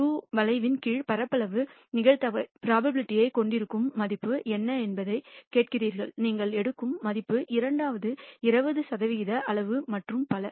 2 வளைவின் கீழ் பரப்பளவு நிகழ்தகவைக் கொண்டிருக்கும் மதிப்பு என்ன என்பதைக் கேட்கிறீர்கள் நீங்கள் எடுக்கும் மதிப்பு இரண்டாவது 20 சதவிகிதம் அளவு மற்றும் பல